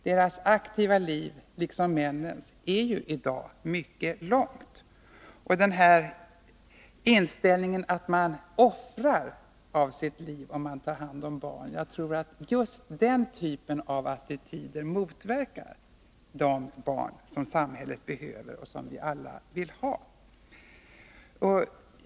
Deras aktiva liv, liksom männens, är ju i dag mycket långt, och den här inställningen att man ”offrar” av sitt liv, om man tar hand om barn, tror jag är just den typ av attityder som motverkar tillkomsten av de barn som samhället behöver och som vi alla vill ha.